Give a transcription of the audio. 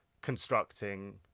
constructing